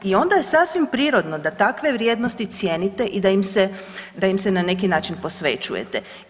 I ona je sasvim prirodno da takve vrijednosti cijenite i da im se, da im se na neki način posvećujete.